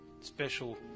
special